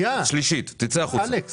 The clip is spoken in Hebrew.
אתה בשלישית, תצא החוצה.